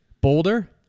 Boulder